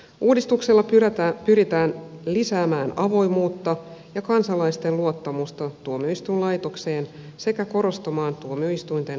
uudistuksella pyritään lisäämään avoimuutta ja kansalaisten luottamusta tuomioistuinlaitokseen sekä korostamaan tuomioistuinten riippumattomuutta